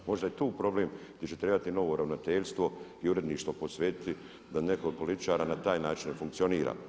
Možda je tu problem gdje će trebati novo ravnateljstvo i uredništvo posvetiti da netko od političara na taj način ne funkcionira.